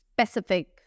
specific